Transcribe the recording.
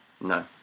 No